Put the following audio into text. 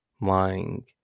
lying